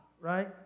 right